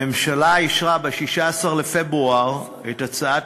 הממשלה אישרה ב-16 בפברואר את הצעת